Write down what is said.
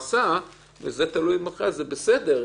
בסדר.